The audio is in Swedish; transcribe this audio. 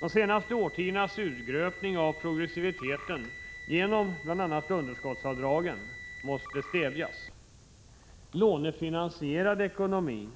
De senaste årtiondenas urgröpning av progressiviteten genom underskottsavdragen måste stävjas. Lånefinansierad ekonomi,